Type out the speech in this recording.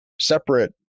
separate